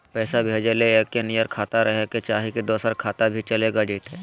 पैसा भेजे ले एके नियर खाता रहे के चाही की दोसर खाता में भी चलेगा जयते?